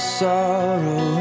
sorrow